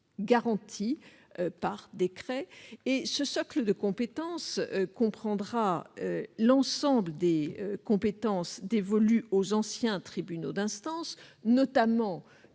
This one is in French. garanti par décret. Ce socle de compétences comprendra l'ensemble des compétences dévolues aux anciens tribunaux d'instance, notamment